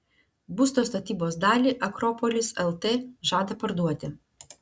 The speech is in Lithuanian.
būsto statybos dalį akropolis lt žada parduoti